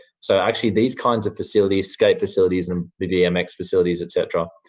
so actually, these kinds of facilities, skate facilities and bmx facilities et cetera,